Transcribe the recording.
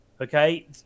okay